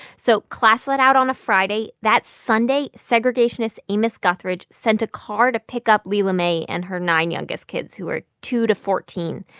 so class let out on a friday. that sunday, segregationist amis guthridge sent a car to pick up lela mae and her nine youngest kids, who are two to fourteen.